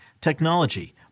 technology